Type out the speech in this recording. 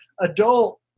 adult